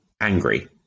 angry